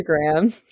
instagram